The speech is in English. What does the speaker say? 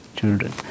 children